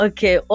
Okay